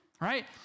Right